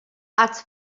ați